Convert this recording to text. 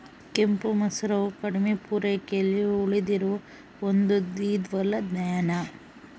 ಕೆಂಪು ಮಸೂರವು ಕಡಿಮೆ ಪೂರೈಕೆಯಲ್ಲಿ ಉಳಿದಿರುವ ಒಂದು ದ್ವಿದಳ ಧಾನ್ಯ